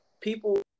people